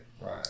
right